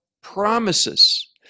promises